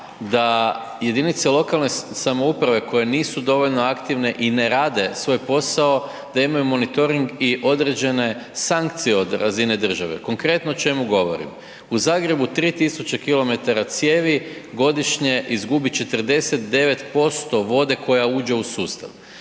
da jedinice lokalne samouprave koje nisu dovoljno aktivne i ne rade svoj posao, da imaju monitoring i određene sankcije od razine države. Konkretno o čemu govorim? U Zagrebu 3000 km cijevi godišnje izgubi 49% vode koja uđe u sustav.